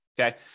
Okay